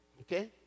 okay